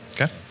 Okay